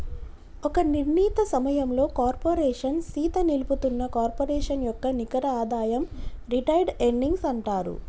ఒక నిర్ణీత సమయంలో కార్పోరేషన్ సీత నిలుపుతున్న కార్పొరేషన్ యొక్క నికర ఆదాయం రిటైర్డ్ ఎర్నింగ్స్ అంటారు